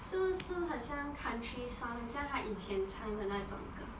so so 很像 country song 很像她以前唱的那种歌